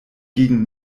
gegen